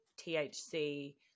THC